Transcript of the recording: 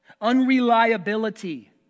unreliability